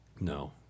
No